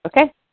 Okay